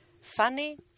funny